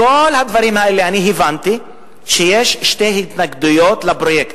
מכל אלה הבנתי שיש שתי התנגדויות לפרויקט.